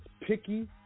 picky